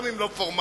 גם אם לא פורמלי,